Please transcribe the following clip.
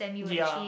ya